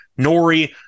Nori